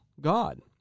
God